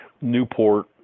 Newport